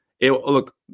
look